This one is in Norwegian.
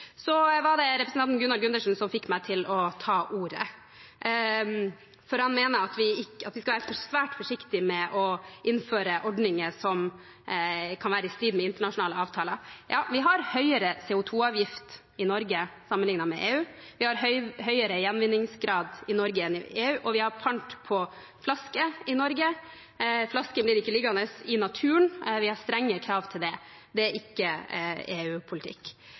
Det var representanten Gunnar Gundersen som fikk meg til å ta ordet, for han mener at vi skal være svært forsiktig med å innføre ordninger som kan være i strid med internasjonale avtaler. Ja, vi har høyere CO 2 -avgift i Norge sammenlignet med i EU, vi har høyere gjenvinningsgrad i Norge enn i EU, og vi har pant på flasker i Norge – flaskene blir ikke liggende i naturen. Vi har strenge krav til det. Det er ikke